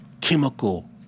chemical